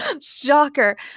shocker